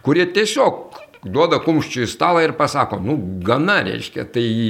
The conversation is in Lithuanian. kurie tiesiog duoda kumščiu į stalą ir pasako nu gana reiškia tai